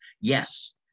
Yes